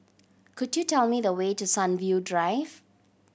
could you tell me the way to Sunview Drive